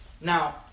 Now